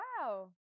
wow